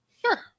Sure